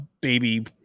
baby